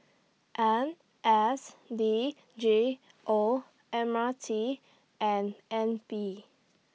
N S D G O M R T and N P